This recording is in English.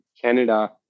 Canada